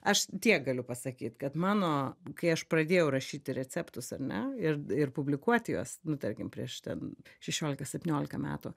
aš tiek galiu pasakyt kad mano kai aš pradėjau rašyti receptus ar ne ir ir publikuoti juos nu tarkim prieš ten šešiolika septyniolika metų